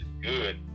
good